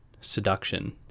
seduction